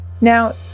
Now